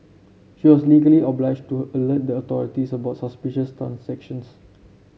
she was legally obliged to alert the authorities about suspicious transactions